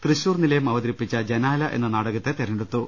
തൃശൂർ നിലയം അവതരിപ്പിച്ച ജനാല എന്ന നാടകം തെരഞ്ഞെടുത്തു